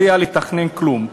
אין הרכב שיודע לתכנן כלום.